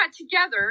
together